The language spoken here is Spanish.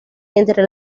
entre